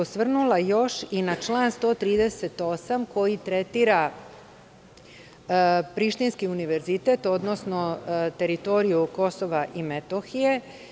Osvrnula bih se još i na član 138. koji tretira Prištinski univerzitet, odnosno teritoriju Kosova i Metohije.